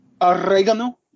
Oregano